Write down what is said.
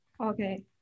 Okay